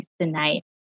tonight